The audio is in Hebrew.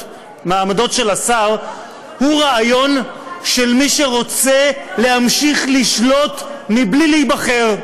מהעמדות של השר הוא רעיון של מי שרוצה להמשיך לשלוט בלי להיבחר.